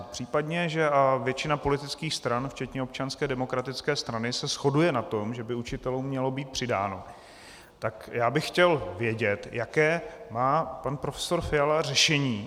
V případě, že většina politických stran, včetně Občanské demokratické strany, se shoduje na tom, že by učitelům mělo být přidáno, tak já bych chtěl vědět, jaké má pan profesor Fiala řešení.